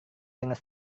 dengan